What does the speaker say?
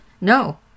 No